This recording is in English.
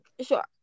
Sure